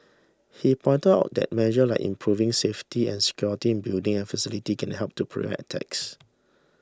he pointed out that measures like improving safety and security in buildings and facilities can help to prevent attacks